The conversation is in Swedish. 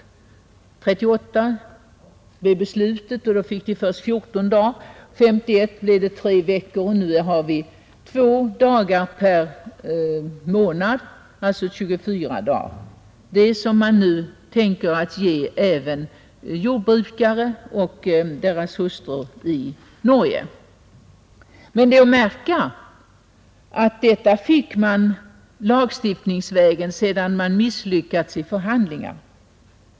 År 1938 fattades beslutet, och då fick de först 14 dagar, 1951 blev det tre veckor, och nu har vi två dagar per månad, alltså 24 dagar; det är det man nu i Norge tänker ge även jordbrukare och deras hustrur. Men det är att märka att man åstadkom detta lagstiftningsvägen sedan man misslyckats i förhandlingar.